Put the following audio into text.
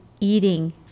eating